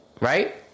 Right